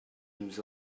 nous